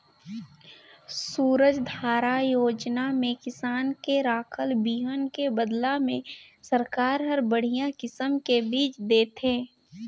सूरजधारा योजना में किसान के राखल बिहन के बदला में सरकार हर बड़िहा किसम के बिज देथे